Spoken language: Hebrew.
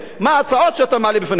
מה ההצעות שאתה מעלה בפניהם?